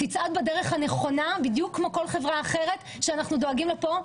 תצעד בדרך הנכונה בדיוק כמו כל חברה אחרת שאנחנו דואגים לה פה במדינה.